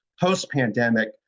post-pandemic